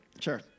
Sure